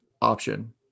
option